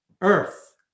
earth